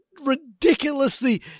ridiculously